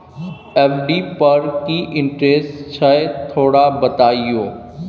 FD पर की interest छय थोरा बतईयो?